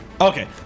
Okay